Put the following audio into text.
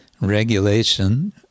regulation